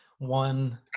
One